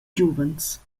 giuvens